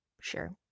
sure